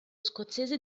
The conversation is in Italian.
scozzese